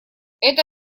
это